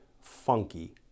funky